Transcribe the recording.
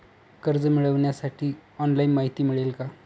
कर्ज मिळविण्यासाठी ऑनलाइन माहिती मिळेल का?